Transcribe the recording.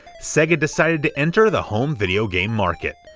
sega decided to enter the home video game market,